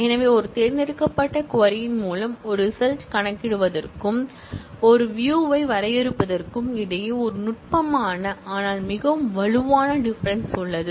எனவே ஒரு தேர்ந்தெடுக்கப்பட்ட க்வரி ன் மூலம் ஒரு ரிசல்ட் கணக்கிடுவதற்கும் ஒரு வியூ யை வரையறுப்பதற்கும் இடையே ஒரு நுட்பமான ஆனால் மிகவும் வலுவான டிஃபரென்ஸ் உள்ளது